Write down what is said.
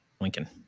lincoln